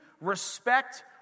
respect